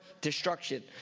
destruction